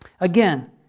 again